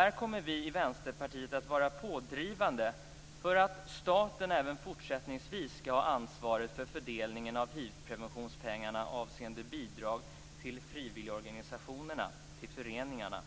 Här kommer vi i Vänsterpartiet att vara pådrivande för att staten även fortsättningsvis skall ha ansvaret för fördelningen av pengarna för hivprevention avseende bidrag till frivilligorganisationerna, till föreningarna.